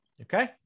Okay